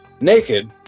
naked